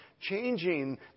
changing